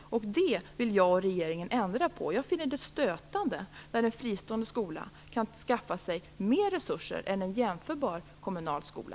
Det vill jag och regeringen ändra på. Jag finner det stötande när en fristående skola kan skaffa sig mer resurser än en jämförbar kommunal skola.